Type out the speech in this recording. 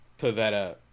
Pavetta